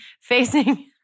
facing—